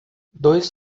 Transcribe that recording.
dois